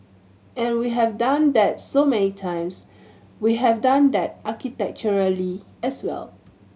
and we have done that so many times we have done that architecturally as well